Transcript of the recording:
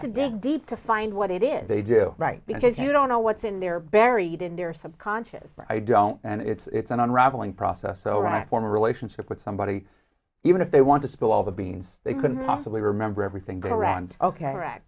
to dig deep to find what it is they do right because you don't know what's in there buried in their subconscious or i don't and it's an unraveling process so right form a relationship with somebody even if they want to spill all the beans they couldn't possibly remember everything around ok